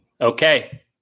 Okay